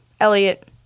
Elliot